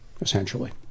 essentially